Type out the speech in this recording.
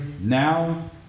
now